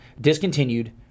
Discontinued